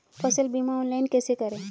फसल बीमा ऑनलाइन कैसे करें?